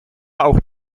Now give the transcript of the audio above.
auch